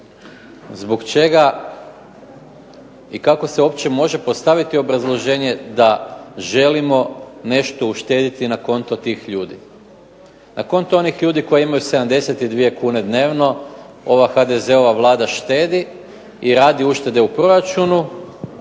zbog čega i kako se uopće može postaviti obrazloženje da želimo nešto uštediti na konto tih ljudi. Na konto ljudi koji imaju 72 kune dnevno ova HDZ-ova Vlada štedi i radi uštede u proračunu